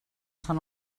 són